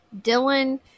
dylan